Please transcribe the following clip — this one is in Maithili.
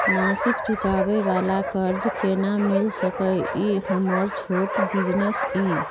मासिक चुकाबै वाला कर्ज केना मिल सकै इ हमर छोट बिजनेस इ?